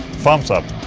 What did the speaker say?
thumbs up